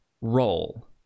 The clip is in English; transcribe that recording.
roll